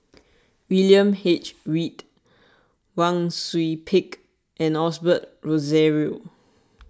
William H Read Wang Sui Pick and Osbert Rozario